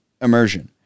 immersion